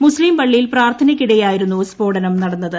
മുസ്ലിം പളളിയിൽ പ്രാർത്ഥനയ്ക്കിടെയായിരുന്നു സ്ഫോടനം നടന്നത്